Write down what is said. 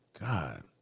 God